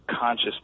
conscious